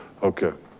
okay.